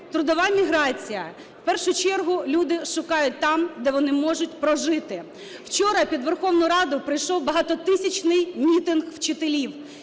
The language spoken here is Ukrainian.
Трудова міграція, в першу чергу люди шукають там, де вони можуть прожити. Вчора під Верховну Раду прийшов багатотисячний мітинг вчителів,